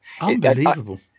Unbelievable